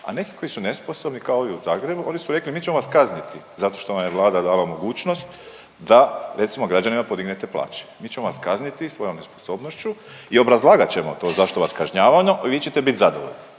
a neki koji su nesposobni, kao ovi u Zagrebu, oni su rekli, mi ćemo vas kazniti zato što vam je Vlada dala mogućnost da, recimo, građanima podignete plaće. Mi ćemo vas kazniti svojom nesposobnošću i obrazlagat ćemo to zašto vas kažnjavamo i vi ćete bit zadovoljni